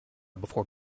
before